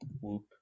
Whoop